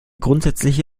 grundsätzliche